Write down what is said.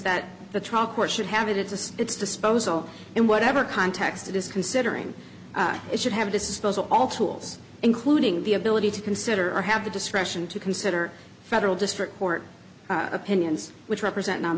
that the trial court should have it as its disposal and whatever context of this considering it should have disposal all tools including the ability to consider or have the discretion to consider federal district court opinions which represent non